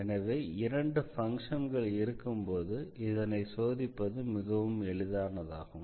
எனவே இரண்டு பங்க்ஷன்கள் இருக்கும்போது இதனை சோதிப்பது மிகவும் எளிதானதாகும்